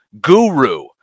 guru